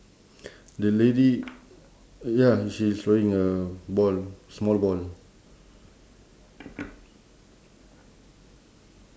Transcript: the lady ya she's throwing a ball small ball